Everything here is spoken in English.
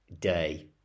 day